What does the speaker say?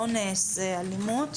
אונס או אלימות,